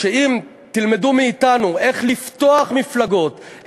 ואם תלמדו מאתנו איך לפתוח מפלגות,